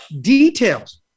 details